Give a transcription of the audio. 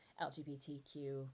lgbtq